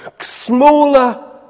smaller